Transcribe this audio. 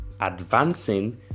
advancing